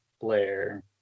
blair